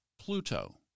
Pluto